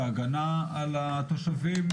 בהגנה על התושבים,